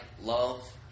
love